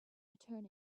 return